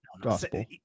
gospel